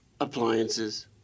appliances